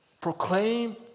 proclaim